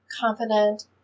confident